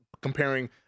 comparing